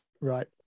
Right